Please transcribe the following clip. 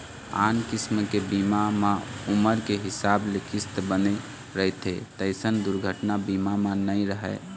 आन किसम के बीमा म उमर के हिसाब ले किस्त बने रहिथे तइसन दुरघना बीमा म नइ रहय